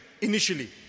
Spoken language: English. initially